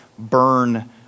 burn